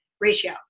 ratio